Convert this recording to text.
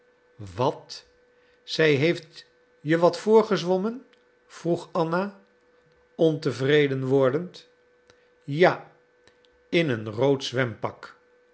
wat zij heeft je wat voorgezwommen vroeg anna ontevredend wordend ja in een rood zwempak